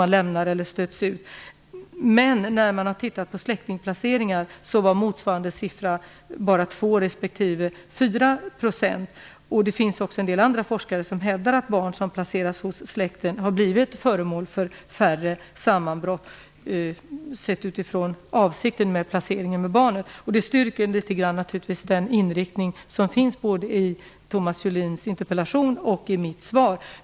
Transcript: Men när det gäller släktingplaceringar var motsvarande siffra bara 2 resp. 4 %. Det finns också en del andra forskare som hävdar att barn som placerats hos släkten har råkat ut för färre sammanbrott sett ifrån avsikten med placeringen av barnet. Det styrker naturligtvis den inriktning som finns, både i Thomas Julins interpellation och i mitt svar.